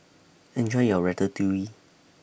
Enjoy your Ratatouille